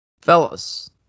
fellas